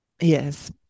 Yes